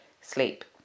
sleep